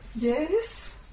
yes